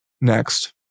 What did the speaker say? Next